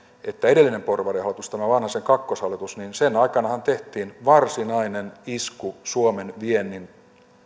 että edellisen porvarihallituksen tämän vanhasen kakkoshallituksen aikanahan tehtiin varsinainen isku suomen viennin